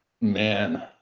Man